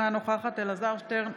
אינה נוכחת אלעזר שטרן,